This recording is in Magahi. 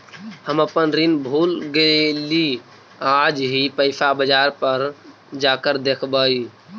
हम अपन ऋण भूल गईली आज ही पैसा बाजार पर जाकर देखवई